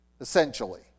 essentially